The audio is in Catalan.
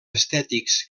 estètics